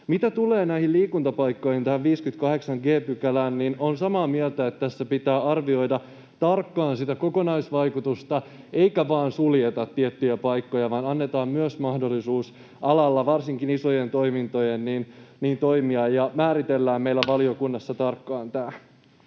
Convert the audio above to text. Mitä tulee näihin liikuntapaikkoihin ja tähän 58 g §:ään, niin olen samaa mieltä, että tässä pitää arvioida tarkkaan sitä kokonaisvaikutusta, eikä vain suljeta tiettyjä paikkoja, vaan annetaan mahdollisuus alalla varsinkin isojen toimintojen toimia ja määritellään meillä valiokunnassa tarkkaan tämä.